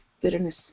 bitterness